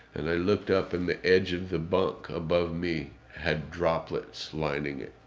and i looked up and the edge of the bunk above me had droplets lining it.